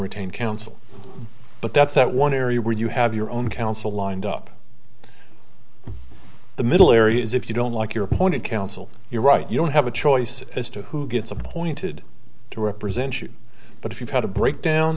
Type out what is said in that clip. retain counsel but that's that one area where you have your own counsel lined up in the middle areas if you don't like your appointed counsel you're right you don't have a choice as to who gets appointed to represent you but if you've had a breakdown